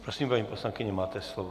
Prosím, paní poslankyně, máte slovo.